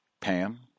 Pam